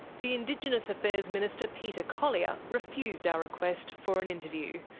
the indigenous affairs minister peter collier refused our request for an interview.